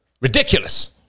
ridiculous